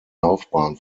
laufbahn